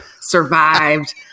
survived